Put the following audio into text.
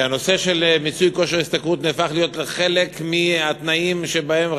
והנושא של מיצוי כושר השתכרות נהפך להיות לחלק מהתנאים שבהם,